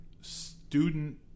student